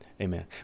amen